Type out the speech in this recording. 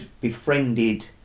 befriended